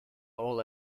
all